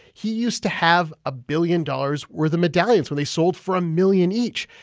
he used to have a billion dollars' worth of medallions, when they sold for a million each.